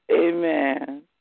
amen